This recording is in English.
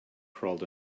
crawled